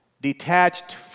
detached